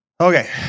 Okay